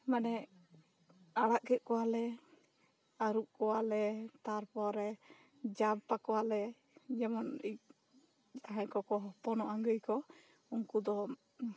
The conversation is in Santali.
ᱢᱟᱱᱮ ᱟᱲᱟᱜ ᱜᱮ ᱠᱚᱣᱟᱞᱮ ᱟ ᱨᱩᱵ ᱠᱚᱭᱟᱞᱮ ᱛᱟᱨᱯᱚᱨᱮ ᱡᱟᱢᱯᱟ ᱠᱚᱣᱟᱞᱮ ᱡᱮᱢᱚᱱ ᱡᱟᱷᱟᱭ ᱠᱚᱠᱚ ᱦᱚᱯᱚᱱᱚᱜᱼᱟ ᱜᱟ ᱭ ᱠᱚ ᱩᱱᱠᱩ ᱫᱚ